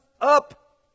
up